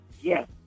yes